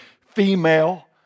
female